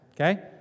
Okay